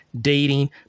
dating